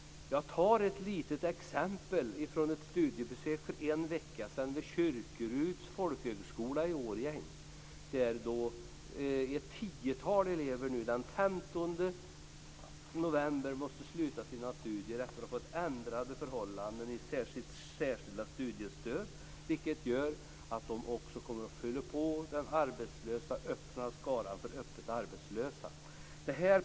Jag ska ge ett exempel från ett studiebesök för en vecka sedan vid Kyrkeruds folkhögskola i Årjäng. Där måste ett tiotal elever sluta sina studier den 15 november efter det att förhållandena har ändrats i det särskilda studiestödet. De kommer att fylla på skaran för öppet arbetslösa.